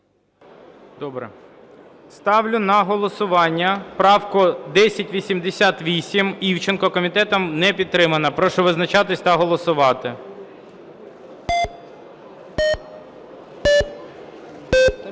Добре. Ставлю на голосування правку 1088 Івченка. Комітетом не підтримана. Прошу визначатися та голосувати.